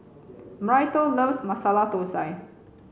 Myrtle loves Masala Thosai